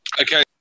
Okay